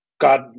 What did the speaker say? God